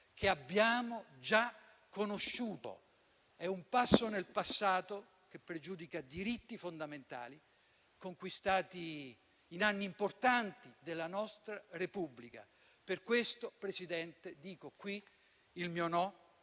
che abbiamo già conosciuto. È un passo nel passato, che pregiudica diritti fondamentali, conquistati in anni importanti della nostra Repubblica. Per questo, Presidente, dico qui il mio no.